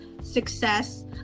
success